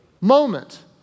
moment